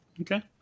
Okay